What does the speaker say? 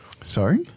Sorry